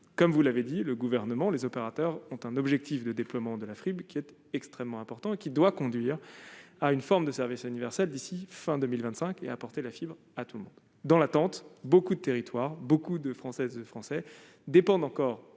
comme vous l'avez dit le gouvernement, les opérateurs ont un objectif de déploiement de la frime, qui est extrêmement important, qui doit conduire à une forme de service universel d'ici fin 2025 et apporter la fibre à tout le monde dans l'attente, beaucoup de territoires beaucoup de Françaises, Français, dépendent encore